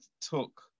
took